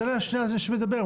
תן לאנשים לדבר.